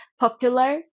popular